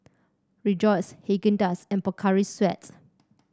Rejoice Haagen Dazs and Pocari Sweat